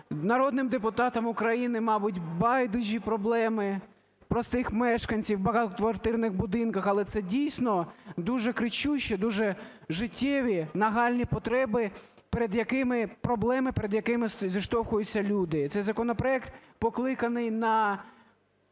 Народним депутатам України, мабуть, байдужі проблеми простих мешканців в багатоквартирних будинках. Але це, дійсно, дуже кричущі, дуже життєві нагальні потреби, проблеми, з якими зіштовхуються люди. Цей законопроект покликаний на